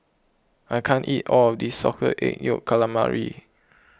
I can't eat all of this Salted Egg Yolk Calamari